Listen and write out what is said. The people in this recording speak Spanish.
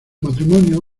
matrimonio